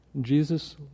Jesus